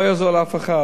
לא יעזור לאף אחד.